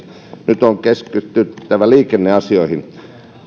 nyt on keskityttävä liikenneasioihin